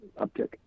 uptick